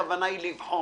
הכוונה בכל מקרה לבחון.